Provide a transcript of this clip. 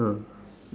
ah